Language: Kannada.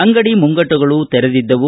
ಅಂಗಡಿ ಮುಂಗಟ್ಟುಗಳು ತೆರೆದಿದ್ದವು